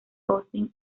austin